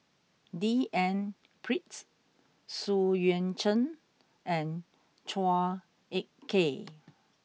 D N Pritt Xu Yuan Zhen and Chua Ek Kay